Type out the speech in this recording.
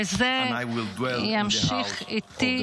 אך